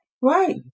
Right